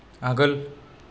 आगोल